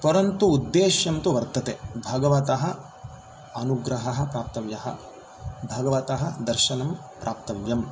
परन्तु उद्देश्यं तु वर्तते भगवतः अनुग्रहः प्राप्तव्यः भगवतः दर्शनं प्राप्तव्यम्